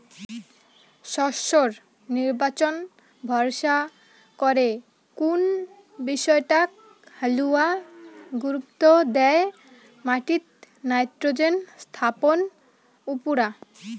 শস্যর নির্বাচন ভরসা করে কুন বিষয়টাক হালুয়া গুরুত্ব দ্যায় মাটিত নাইট্রোজেন স্থাপন উপুরা